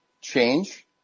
change